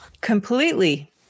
Completely